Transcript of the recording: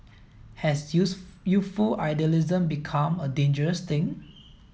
has youth youthful idealism become a dangerous thing